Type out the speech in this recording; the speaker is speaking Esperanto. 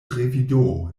revido